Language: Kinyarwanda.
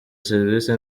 serivisi